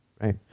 Right